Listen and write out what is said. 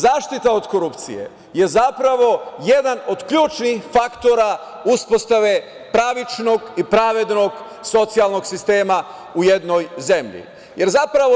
Zaštita od korupcije je zapravo jedan od ključnih faktora uspostave pravičnog i pravednog socijalnog sistema u jednoj zemlji, jer